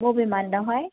मबे मान्थावहाय